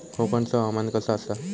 कोकनचो हवामान कसा आसा?